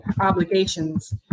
obligations